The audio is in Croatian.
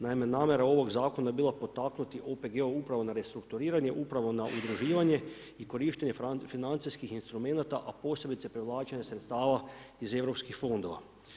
Naime, namjera ovog zakona je bila potaknuti OPG upravo na restrukturiranje, upravo na udruživanje i korištenje financijskih instrumenata, a posebice prihvaćanje sredstava iz Europskih fondova.